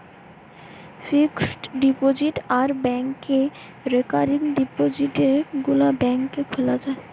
fixed deposit আর ব্যাংকে recurring ডিপোজিটে গুলা ব্যাংকে খোলা যায়